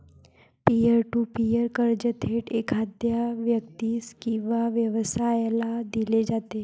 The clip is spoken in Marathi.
पियर टू पीअर कर्ज थेट एखाद्या व्यक्तीस किंवा व्यवसायाला दिले जाते